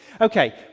Okay